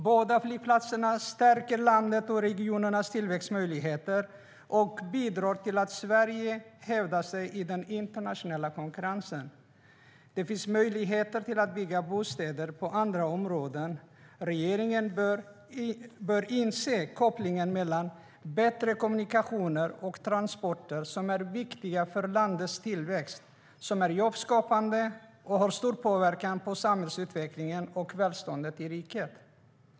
Båda flygplatserna stärker landet och regionernas tillväxtmöjligheter och bidrar till att Sverige hävdar sig i den internationella konkurrensen. Det finns möjligheter att bygga bostäder på andra områden. Regeringen bör inse kopplingen mellan bättre kommunikationer och transporter, vilka är viktiga för landets tillväxt och jobbskapande samt har stor påverkan på samhällsutvecklingen och välståndet i riket.